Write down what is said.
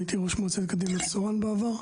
הייתי ראש מועצה קדימה-צורן בעבר.